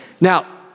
Now